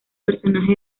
personaje